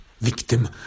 victim